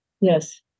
Yes